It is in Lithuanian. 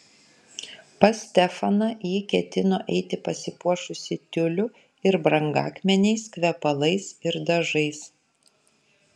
pas stefaną ji ketino eiti pasipuošusi tiuliu ir brangakmeniais kvepalais ir dažais